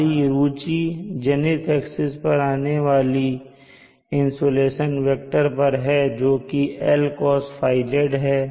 हमारी रुचि zenith axis पर आने वाली इनसोलेशन वेक्टर पर है जोकि Lcosθz है